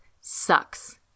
sucks